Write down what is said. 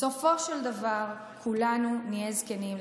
בסופו של דבר כולנו נהיה זקנים.